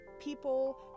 people